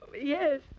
yes